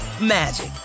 magic